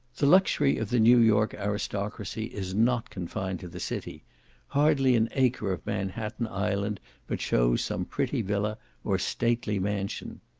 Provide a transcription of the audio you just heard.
the luxury of the new york aristocracy is not confined to the city hardly an acre of manhatten island but shows some pretty villa or stately mansion.